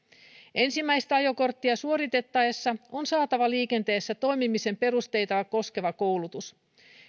ensimmäistä ajokorttia suoritettaessa on saatava liikenteessä toimimisen perusteita koskeva koulutus